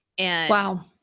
Wow